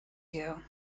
you